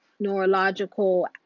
Neurological